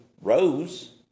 rose